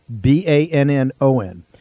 B-A-N-N-O-N